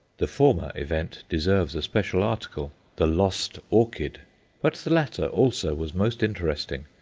the former event deserves a special article, the lost orchid but the latter also was most interesting.